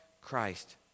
Christ